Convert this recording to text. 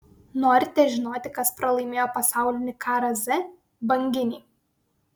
norite žinoti kas pralaimėjo pasaulinį karą z banginiai